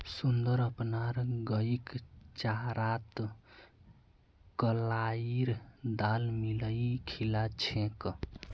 सुंदर अपनार गईक चारात कलाईर दाल मिलइ खिला छेक